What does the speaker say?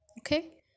okay